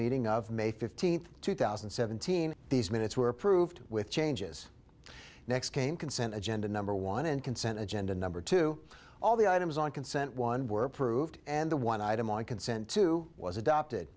meeting of may fifteenth two thousand and seventeen these minutes were approved with changes next came consent agenda number one and consent agenda number two all the items on consent one were proved and the one item on consent to was adopted